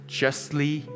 justly